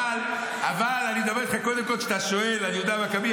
אבל אני אדבר איתך קודם כול כשאתה שואל על יהודה המכבי.